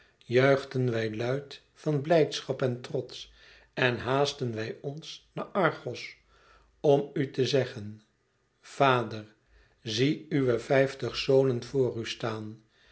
juichten wij luid van blijdschap en trots en haastten wij ons naar argos om u te zeggen vader zie uwe vijftig zonen voor u staan